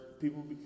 people